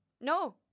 No